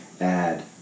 add